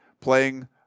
playing